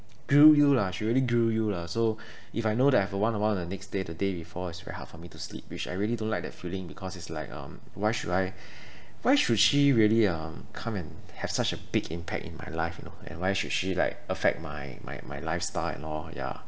drill you lah she really drill you lah so if I know that have a one on one of the next day the day before it's really hard for me to sleep which I really don't like that feeling because it's like um why should I why should she really um come and have such a big impact in my life you know and why should she like affect my my my lifestyle and all yeah